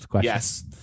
Yes